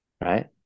Right